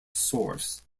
source